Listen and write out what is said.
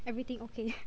everything okay